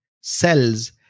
cells